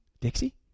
Dixie